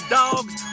dogs